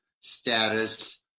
status